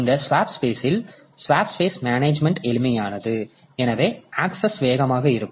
இந்த swap space management எளிமையானது எனவே ஆக்சஸ் வேகமாக இருக்கும்